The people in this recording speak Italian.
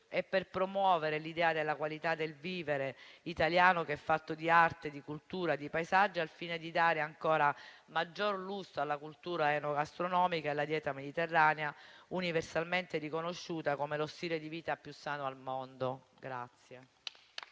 e per promuovere l'idea della qualità del vivere italiano, che è fatto di arte, di cultura, di paesaggi, al fine di dare ancora maggior lustro alla cultura enogastronomica e alla dieta mediterranea, universalmente riconosciuta come lo stile di vita più sano al mondo?